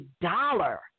dollar